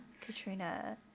Katrina